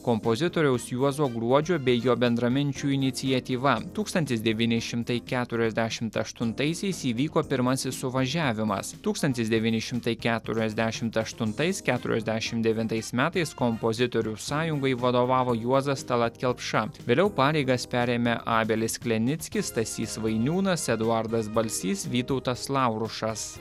kompozitoriaus juozo gruodžio bei jo bendraminčių iniciatyva tūkstantis devyni šimtai keturiasdešimt aštuntaisiais įvyko pirmasis suvažiavimas tūkstantis devyni šimtai keturiasdešimt aštuntais keturiasdešim devintais metais kompozitorių sąjungai vadovavo juozas talat kelpša vėliau pareigas perėmė abelis klenickis stasys vainiūnas eduardas balsys vytautas laurušas